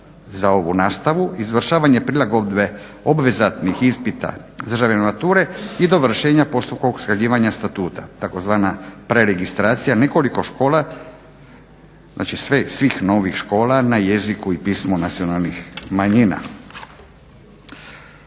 za ovu nastavu, izvršavanje prilagodbe obvezatnih ispita državne mature i dovršenja postupka sređivanja statuta, tzv. preregistracija nekoliko škola, znači svih novih škola na jeziku i pismu nacionalnih manjina.